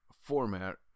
format